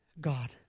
God